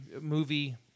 movie